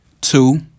two